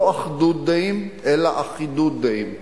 לא אחדות דעים אלא אחידות דעים.